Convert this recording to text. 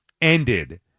ended